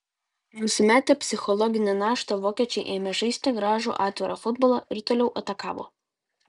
nusimetę psichologinę naštą vokiečiai ėmė žaisti gražų atvirą futbolą ir toliau atakavo